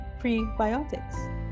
prebiotics